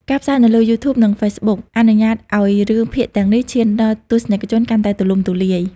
ការផ្សាយនៅលើ YouTube និង Facebook អនុញ្ញាតឱ្យរឿងភាគទាំងនេះឈានដល់ទស្សនិកជនកាន់តែទូលំទូលាយ។